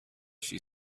she